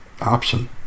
option